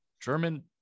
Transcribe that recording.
German